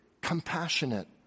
compassionate